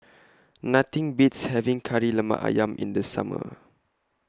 Nothing Beats having Kari Lemak Ayam in The Summer